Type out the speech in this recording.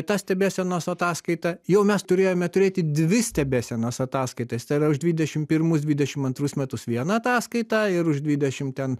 ta stebėsenos ataskaita jau mes turėjome turėti dvi stebėsenos ataskaitas tai yra už dvidešimt pirmus dvidešimt antrus metus vieną atąskaitą ir už dvidešimt ten